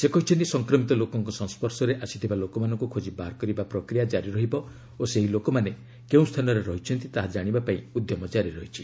ସେ କହିଛନ୍ତି ସଂକ୍ରମିତ ଲୋକଙ୍କ ସଂସ୍ୱର୍ଶରେ ଆସିଥିବା ଲୋକମାନଙ୍କୁ ଖୋଜି ବାହାର କରିବା ପ୍ରକ୍ରିୟା ଜାରି ରହିବ ଓ ସେହି ଲୋକମାନେ କିଏ ସ୍ଥାନରେ ରହିଛନ୍ତି ତାହା କାଶିବା ପାଇଁ ଉଦ୍ୟମ କାରି ରହିଛି